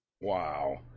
Wow